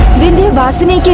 vindhyavasini